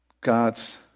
God's